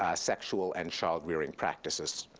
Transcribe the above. ah sexual and child rearing practices.